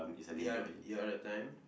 you're you are the time